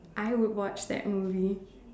I would watch that movie